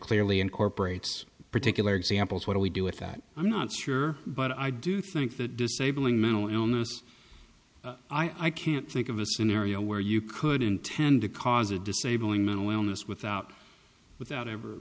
clearly incorporates particular examples what do we do with that i'm not sure but i do think that disabling mental illness i can't think of a scenario where you could intend to cause a disabling mental illness without without ever